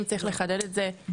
אם צריך לחדד את זה,